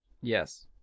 Yes